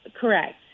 Correct